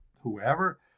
whoever